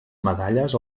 medalles